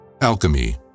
Alchemy